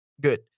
Good